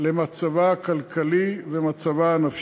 ואני בטוח שהמרחק הרב לקריית-שמונה לא ירתיע אותך וגם לשם אתה תגיע.